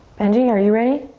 benji, are you ready?